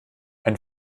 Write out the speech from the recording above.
ein